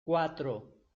cuatro